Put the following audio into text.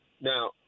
Now